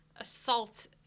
assault